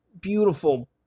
beautiful